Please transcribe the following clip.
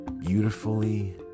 beautifully